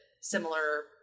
similar